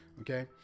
okay